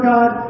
God